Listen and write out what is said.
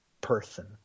person